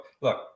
look